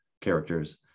characters